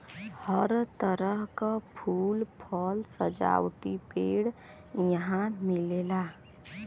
हर तरह क फूल, फल, सजावटी पेड़ यहां मिलेला